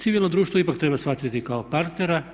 Civilno društvo ipak treba shvatiti kao partnera.